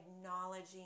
acknowledging